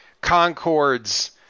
Concord's